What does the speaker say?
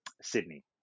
sydney